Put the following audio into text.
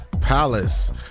Palace